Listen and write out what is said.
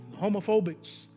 homophobics